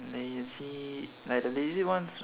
lazy like the lazy ones